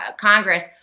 Congress